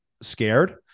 scared